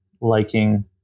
liking